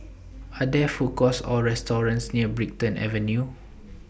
Are There Food Courts Or restaurants near Brighton Avenue